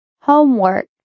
Homework